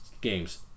games